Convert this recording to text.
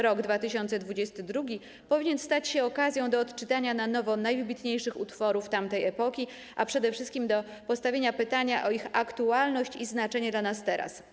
Rok 2022 powinien stać się okazją do odczytania na nowo najwybitniejszych utworów tamtej epoki, a przede wszystkim do postawienia pytania o ich aktualność i znaczenie dla nas teraz.